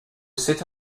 sit